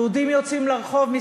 יהודים יוצאים לרחוב, פיגוע.